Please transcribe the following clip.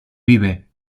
vive